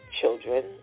children